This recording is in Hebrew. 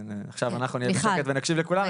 עכשיו אנחנו נהיה בשקט ונקשיב לכולם,